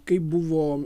kaip buvo